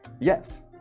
yes